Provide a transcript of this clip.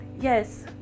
Yes